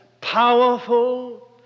powerful